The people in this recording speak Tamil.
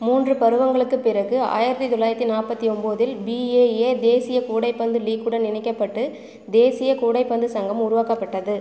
மூன்று பருவங்களுக்குப் பிறகு ஆயிரத்து தொள்ளாயிரத்தி நாற்பத்தி ஒன்பதில் பிஏஏ தேசிய கூடைப்பந்து லீக்குடன் இணைக்கப்பட்டு தேசிய கூடைப்பந்து சங்கம் உருவாக்கப்பட்டது